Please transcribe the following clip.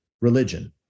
religion